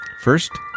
First